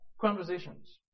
conversations